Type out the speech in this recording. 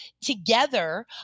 together